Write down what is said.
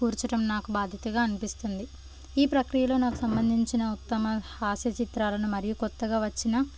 కూర్చడం నాకు బాధ్యతగా అనిపిస్తుంది ఈ ప్రక్రియలో నాకు సంబంధించిన ఉత్తమ హాస్య చిత్రాలను మరియు కొత్తగా వచ్చిన